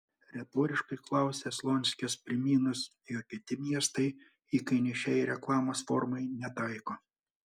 retoriškai klausia slonskis priminus jog kiti miestai įkainių šiai reklamos formai netaiko